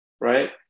right